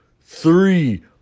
three